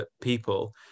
people